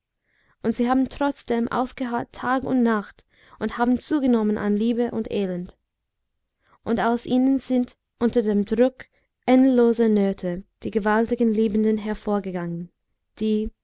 und sie haben trotzdem ausgeharrt tag und nacht und haben zugenommen an liebe und elend und aus ihnen sind unter dem druck endloser nöte die gewaltigen liebenden hervorgegangen die